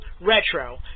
Retro